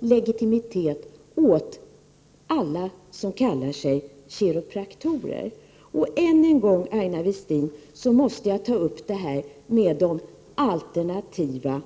Legitimitet ges åt alla som kallar sig kiropraktor. Än en gång, Aina Westin, måste jag ta upp frågan om de alternativa